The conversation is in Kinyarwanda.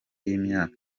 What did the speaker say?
y’imyaka